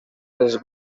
les